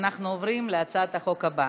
אנחנו עוברים להצעת החוק הבאה,